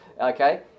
Okay